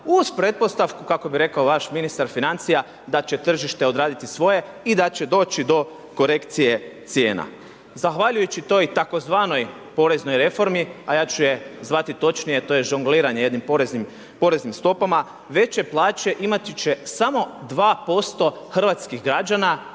uz pretpostavku kako bi rekao vaš ministar financija, da će tržište odraditi svoje i da će doći do korekcije cijena. Zahvaljujući toj tzv. poreznoj reformi, a ja ću je zvati točnije, to je žongliranje jednim poreznim stopama, veće plaće imati će samo 2% hrvatskih građana